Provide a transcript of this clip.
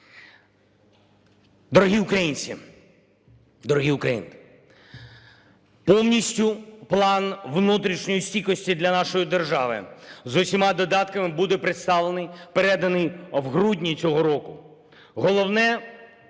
Дорогі українці, дорогі українки! Повністю План внутрішньої стійкості для нашої держави з усіма додатками буде представлений, переданий в грудні цього року. Головне,